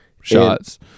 shots